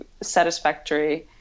satisfactory